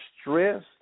stress